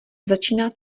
začíná